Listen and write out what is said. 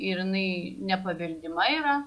ir jinai nepaveldima yra